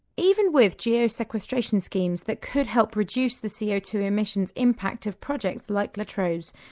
even with geo-sequestration schemes that could help reduce the c o two emissions impact of projects like latrobe's,